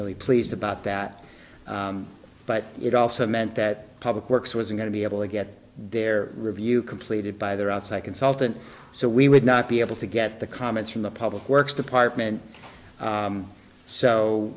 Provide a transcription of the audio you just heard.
really pleased about that but it also meant that public works was going to be able to get their review completed by their outside consultant so we would not be able to get the comments from the public works department